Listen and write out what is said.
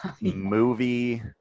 movie